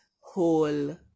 whole